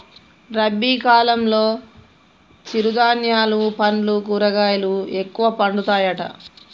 రబీ కాలంలో చిరు ధాన్యాలు పండ్లు కూరగాయలు ఎక్కువ పండుతాయట